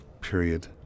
Period